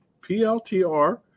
PLTR